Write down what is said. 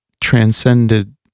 transcended